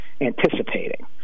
anticipating